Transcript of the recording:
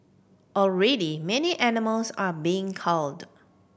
already many animals are being culled